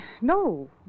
no